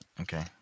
Okay